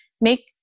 make